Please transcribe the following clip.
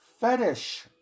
fetish